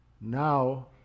now